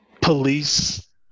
police